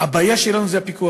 הבעיה שלנו היא הפיקוח,